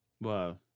wow